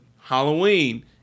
Halloween